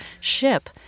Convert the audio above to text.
ship